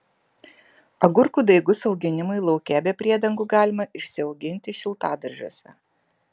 agurkų daigus auginimui lauke be priedangų galima išsiauginti šiltadaržiuose